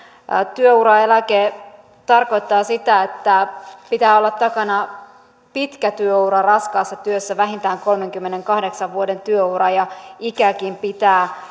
työuraeläke tarkoittaa sitä että pitää olla takana pitkä ura raskaassa työssä vähintään kolmenkymmenenkahdeksan vuoden työura ikäkin pitää